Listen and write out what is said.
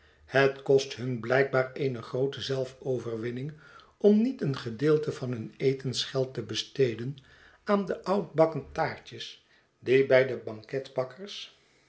het kost hun blijkbaar eene groote zelfoverwinning om niet een gedeelte van hun etensgeld te besteden aan de oudbakken taartjes die bij de banketbakkers